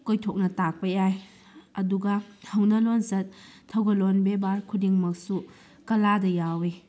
ꯀꯣꯏꯊꯣꯛꯅ ꯇꯥꯛꯄ ꯌꯥꯏ ꯑꯗꯨꯒ ꯍꯧꯅ ꯂꯣꯟꯆꯠ ꯊꯧꯒꯂꯣꯟ ꯕꯦꯕꯥꯔ ꯈꯨꯗꯤꯡꯃꯛꯁꯨ ꯀꯂꯥꯗ ꯌꯥꯎꯋꯤ